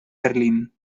berlín